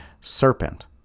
serpent